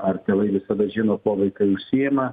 ar tėvai visada žino kuo vaikai užsiima